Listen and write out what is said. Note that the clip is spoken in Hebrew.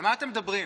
על מה אתם מדברים?